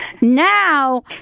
Now